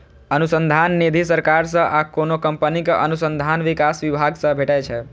अनुसंधान निधि सरकार सं आ कोनो कंपनीक अनुसंधान विकास विभाग सं भेटै छै